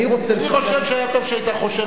אני חושב שהיה טוב שהיתה חושבת,